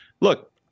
look